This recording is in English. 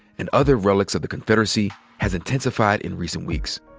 and other relics of the confederacy has intensified in recent weeks.